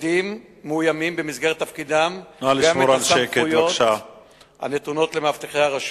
עדים מאוימים במסגרת תפקידם גם את הסמכויות הנתונות למאבטחי הרשות.